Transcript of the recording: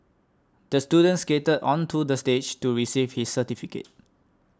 the student skated onto the stage to receive his certificate